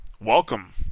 welcome